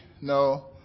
no